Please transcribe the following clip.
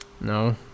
No